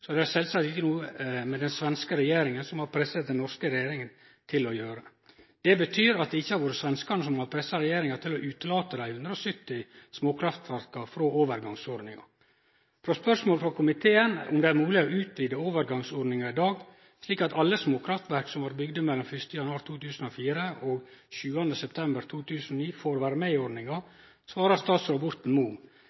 så det er selvsagt ikke noe den svenske regjeringen har presset den norske regjeringen til å gjøre». Det betyr at det ikkje har vore svenskane som har pressa regjeringa til å utelate dei 170 småkraftverka frå overgangsordninga. På spørsmål frå komiteen om det er mogleg å utvide overgangsordninga i dag, slik at alle småkraftverk som var bygde mellom 1. januar 2004 og 7. september 2009, får vere med på ordninga,